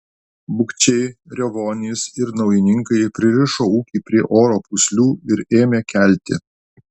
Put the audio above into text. bukčiai riovonys ir naujininkai pririšo ūkį prie oro pūslių ir ėmė kelti